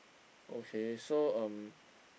okay so um